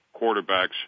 quarterbacks